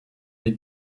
les